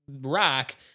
rock